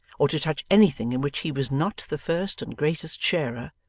or to touch anything in which he was not the first and greatest sharer,